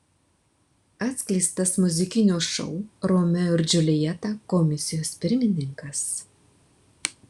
atskleistas muzikinio šou romeo ir džiuljeta komisijos pirmininkas